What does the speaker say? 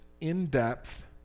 in-depth